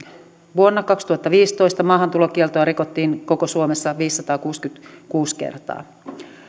vuonna kaksituhattaviisitoista maahantulokieltoa rikottiin koko suomessa viisisataakuusikymmentäkuusi kertaa